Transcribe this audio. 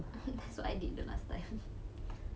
that's what I did last time